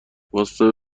واستا